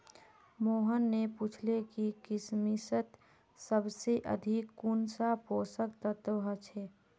मोहन ने पूछले कि किशमिशत सबसे अधिक कुंन सा पोषक तत्व ह छे